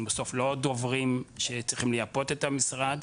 אנחנו בסוף לא דוברים שצריכים לייפות את המשרד,